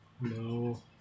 No